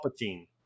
Palpatine